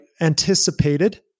anticipated